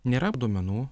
nėra duomenų